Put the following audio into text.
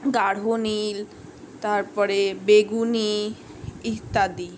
গাঢ় নীল তারপরে বেগুনি ইত্যাদি